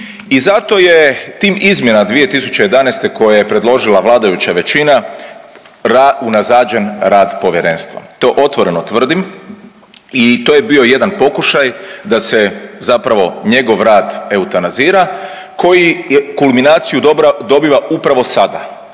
i zato je tim izmjenama 2011. koje je predložila vladajuća većina unazađen rad povjerenstva. To otvoreno tvrdim i to je bio jedan pokušaj da se zapravo njegov rad eutanazira koji kulminaciju dobiva upravo sada